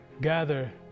gather